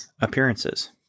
appearances